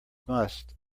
must